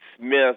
Smith